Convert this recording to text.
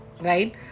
right